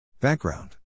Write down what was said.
Background